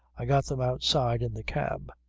i've got them outside in the cab.